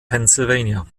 pennsylvania